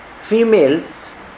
females